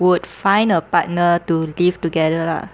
would find a partner to live together lah